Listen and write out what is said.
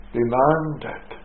demanded